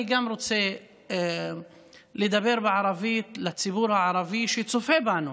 אני רוצה לדבר בערבית לציבור הערבי שצופה בנו